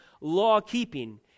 law-keeping